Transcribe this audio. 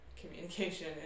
communication